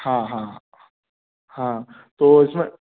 हाँ हाँ हाँ तो इसमें